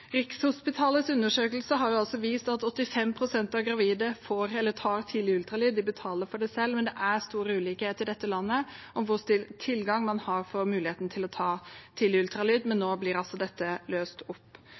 Rikshospitalets undersøkelse har vist at 85 pst. av gravide tar tidlig ultralyd. De betaler for det selv, men det er store ulikheter i dette landet når det gjelder tilgang og mulighet til å ta tidlig ultralyd.